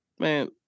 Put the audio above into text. Man